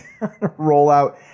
rollout